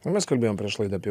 mes kalbėjom prieš laidą apie